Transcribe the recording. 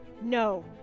No